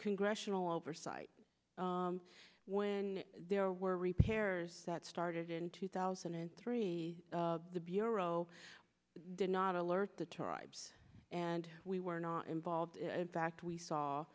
congressional oversight when there were repairs that started in two thousand and three the bureau did not alert the tribes and we were not involved in fact we saw